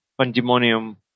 pandemonium